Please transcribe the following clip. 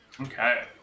Okay